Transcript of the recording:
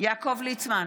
יעקב ליצמן,